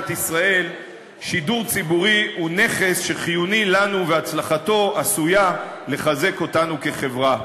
ישראל שידור ציבורי הוא נכס שחיוני לנו והצלחתו עשויה לחזק אותנו כחברה.